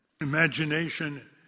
imagination